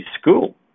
school